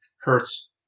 hurts